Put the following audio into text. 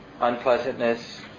unpleasantness